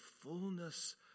fullness